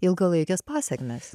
ilgalaikes pasekmes